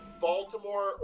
Baltimore